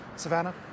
Savannah